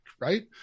right